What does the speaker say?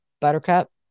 buttercup